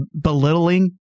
belittling